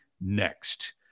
next